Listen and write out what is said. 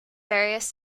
various